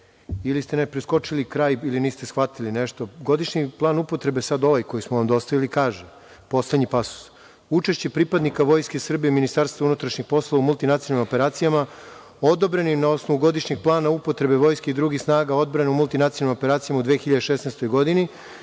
ili ste preskočili kraj, ili niste shvatili nešto. Godišnji plan upotrebe, sad ovaj koji smo vam dostavili, poslednji pasus, kaže - učešće pripadnika Vojske Srbije, Ministarstva unutrašnjih poslova u multinacionalnim operacijama, odobrenim na osnovu godišnjeg plana upotrebe vojske i drugih snaga odbrane u multinacionalnim operacijama u 2016. godini,